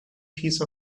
piece